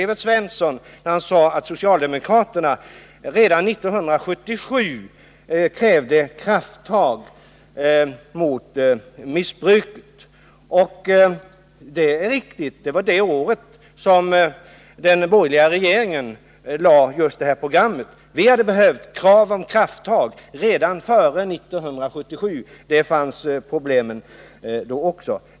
Evert Svensson sade att socialdemokraterna redan 1977 krävde krafttag mot missbruket, och det är riktigt. Det var också det året som den borgerliga regeringen lade fram sitt program. Det hade behövt tas krafttag redan före 1977 — det fanns problem då också.